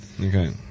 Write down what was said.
Okay